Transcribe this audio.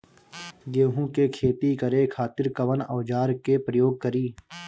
गेहूं के खेती करे खातिर कवन औजार के प्रयोग करी?